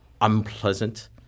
unpleasant